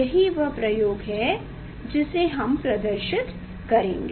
यही वह प्रयोग है जिसे हम प्रदर्शित करेंगे